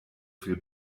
viel